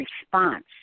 response